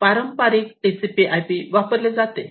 पारंपारिक TCP IP वापरले जाते